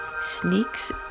sneaks